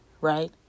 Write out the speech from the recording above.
right